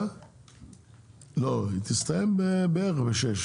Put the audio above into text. חברי הכנסת, אני רוצה שתדעו שזהו